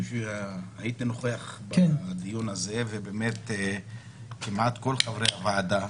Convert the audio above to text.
הייתי נוכח בדיון הזה ובאמת כמעט כל חברי הוועדה